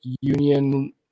union